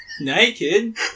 naked